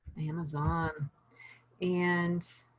amazon and.